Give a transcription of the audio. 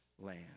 land